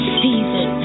season